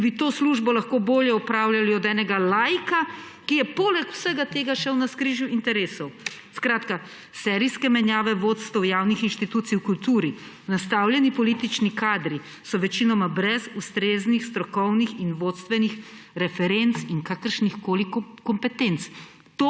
ki bi to službo lahko bolje opravljali od enega laika, ki je poleg vsega tega še v navskrižju interesov? Serijske menjave vodstev javnih inštitucij v kulturi, nastavljeni politični kadri, ki so večinoma brez ustreznih strokovnih in vodstvenih referenc in kakršnihkoli kompetenc,